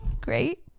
great